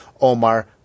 Omar